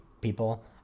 people